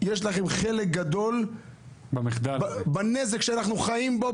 יש לכם חלק גדול בנזק שאנחנו חיים בו,